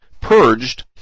purged